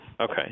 Okay